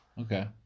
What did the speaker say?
okay